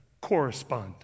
correspond